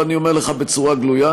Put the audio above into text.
אני אומר לך בצורה גלויה,